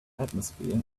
atmosphere